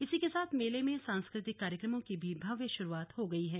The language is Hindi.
इसी के साथ मेले में सांस्कृतिक कार्यक्रमों की भी भव्य श्रूआत हो गयी है